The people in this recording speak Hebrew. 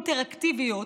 אינטראקטיביות,